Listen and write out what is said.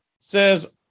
Says